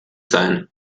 sein